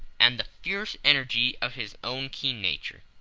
and the fierce energy of his own keen nature.